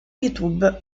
youtube